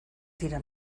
dira